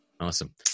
Awesome